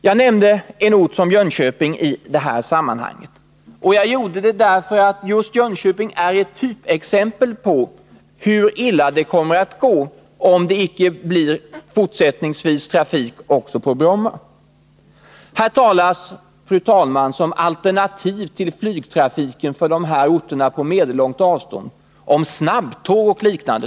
Jag nämnde en ort som Jönköping i det här sammanhanget, och jag gjorde det därför att just Jönköping är ett typexempel på hur illa det kommer att gå, om det icke fortsättningsvis blir trafik också på Bromma. Här talas, fru talman, som alternativ till flygtrafiken för dessa orter på medellångt avstånd, om snabbtåg och liknande.